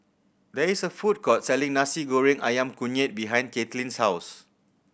there is a food court selling Nasi Goreng Ayam Kunyit behind Caitlyn's house